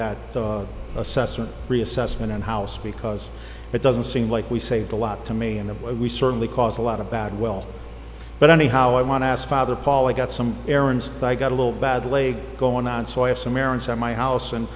that assessment reassessment and house because it doesn't seem like we saved a lot to me and we certainly cause a lot of bad will but anyhow i want to ask father paul i got some errands i got a little bad leg going on so i have some errands at my house and